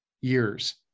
years